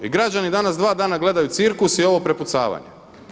I građani danas dva dana gledaju cirkus i ovo prepucavanje.